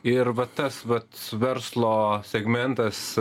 ir va tas vat verslo segmentas